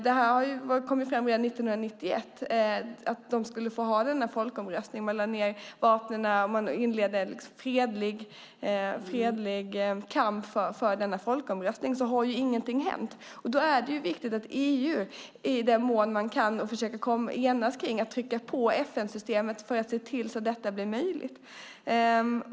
Det kom fram redan 1991 att de skulle få ha folkomröstningen. Man lade ned vapnen och inledde en fredlig kamp för denna folkröstning, men ändå har ingenting hänt. Då är det viktigt att EU, i den mån man kan enas kring det, försöker trycka på FN-systemet för att se till att detta blir möjligt.